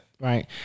Right